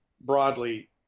broadly